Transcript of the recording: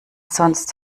sonst